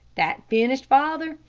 that finished father.